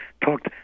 talked